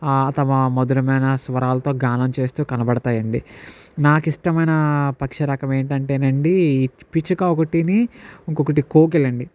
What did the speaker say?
తమ మధురమైన స్వరాలతో గానం చేస్తూ కనబడతాయండి నాకు ఇష్టమైన పక్ష రకం ఏంటంటేనండి పిచ్చుక ఒకటిని ఇంకొకటి కోకిలండి